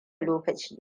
lokaci